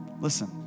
Listen